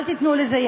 אל תיתנו לזה יד.